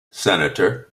senator